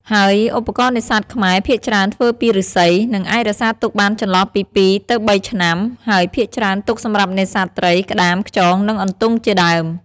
ហើយឧបករណ៍នេសាទខ្មែរ ភាគច្រើនធ្វើពីឫស្សី និងអាចរក្សាទុកបានចន្លោះពីពីរទៅបីឆ្នាំ ហើយភាគច្រើនទុកសម្រាប់នេសាទត្រី ក្តាម ខ្យង និងអន្ទង់ជាដើម។